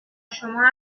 شما